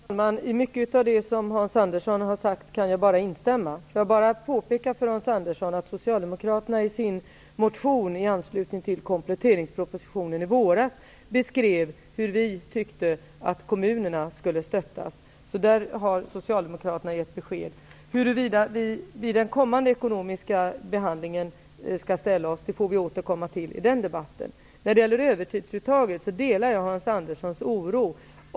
Fru talman! I mycket av det som Hans Andersson har sagt kan jag bara instämma. Jag vill bara påpeka för Hans Andersson att socialdemokraterna i sin motion i anslutning till kompletteringspropositionen i våras beskrev hur vi tyckte att kommunerna skulle stöttas. Där har socialdemokraterna givit besked. Hur vi i den fortsatta behandlingen av de ekonomiska frågorna skall ställa oss får vi återkomma till i den debatten. När det gäller övertidsuttaget delar jag Hans Anderssons oro.